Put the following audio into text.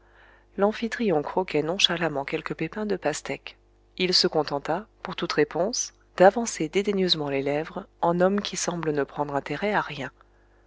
l'amphitryon croquait nonchalamment quelques pépins de pastèques il se contenta pour toute réponse d'avancer dédaigneusement les lèvres en homme qui semble ne prendre intérêt à rien